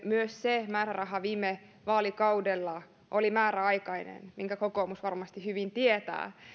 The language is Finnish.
myös se määräraha viime vaalikaudella oli määräaikainen minkä kokoomus varmasti hyvin tietää